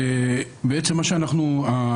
בסדר.